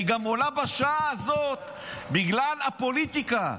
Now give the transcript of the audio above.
היא גם עולה בשעה הזאת בגלל הפוליטיקה.